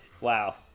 Wow